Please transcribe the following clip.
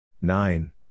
Nine